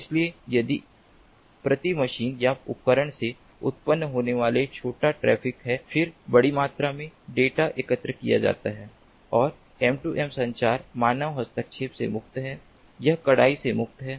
इसलिए और प्रति मशीन या उपकरण से उत्पन्न होने वाला छोटा ट्रैफ़िक है फिर बड़ी मात्रा में डेटा एकत्र किया जाता है और M2M संचार मानव हस्तक्षेप से मुक्त है यह कड़ाई से मुक्त है